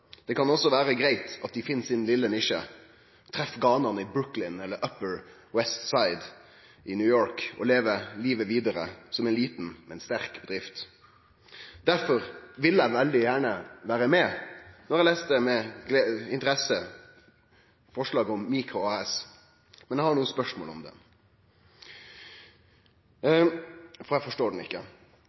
Det kan vere greitt at dei finn sin vesle nisje, treff ganane i Brooklyn eller Upper West Side i New York og lever livet vidare som ei lita, men sterk bedrift. Difor vil eg veldig gjerne vere med, og eg las med interesse merknaden om mikro-AS, men eg har nokre spørsmål om han, for eg forstår han ikkje. Ideen om mikro-AS er at ein skal ha den